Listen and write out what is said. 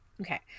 Okay